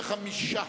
35,